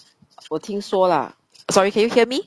我听说 lah sorry can you hear me